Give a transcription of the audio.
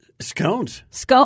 Scones